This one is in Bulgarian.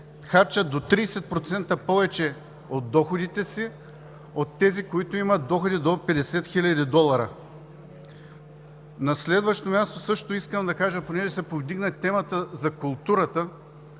по 30% повече от доходите си от тези, които имат доходи до 50 хил. долара. На следващо място също искам да кажа, понеже се повдигна темата, за културата.